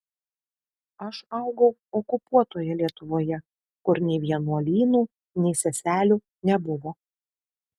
aš augau okupuotoje lietuvoje kur nei vienuolynų nei seselių nebuvo